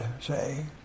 say